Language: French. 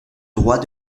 droit